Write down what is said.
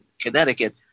Connecticut